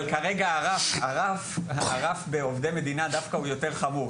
יש שוני אבל כרגע הרף בעובדי מדינה דווקא הוא יותר חמור.